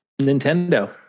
Nintendo